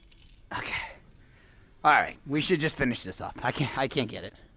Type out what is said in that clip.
okay alright, we should just finish this up, i can't i can't get it